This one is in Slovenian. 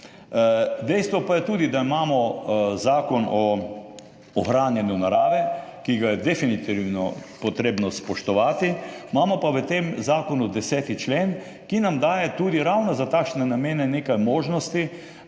Dejstvo pa je tudi, da imamo Zakon o ohranjanju narave, ki ga je definitivno treba spoštovati. Imamo pa v tem zakonu 10. člen, ki nam ravno za takšne namene daje tudi